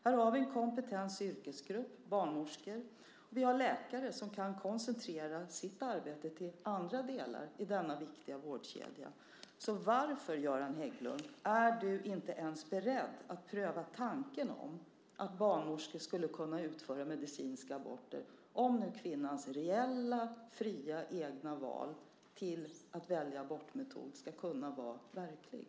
Här har vi en kompetent yrkesgrupp, barnmorskor, och vi har läkare som kan koncentrera sitt arbete till andra delar i denna viktiga vårdkedja. Varför, Göran Hägglund, är du inte ens beredd att pröva tanken att barnmorskor skulle kunna utföra medicinska aborter, om nu kvinnans reella, fria, egna val att välja abortmetod ska vara verklig?